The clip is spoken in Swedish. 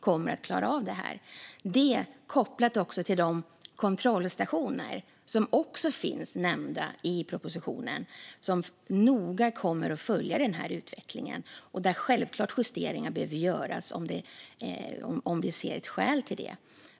Detta är också kopplat till de kontrollstationer som finns nämnda i propositionen. Där kommer man noga att följa utvecklingen, och självklart behöver justeringar göras om vi ser skäl till det.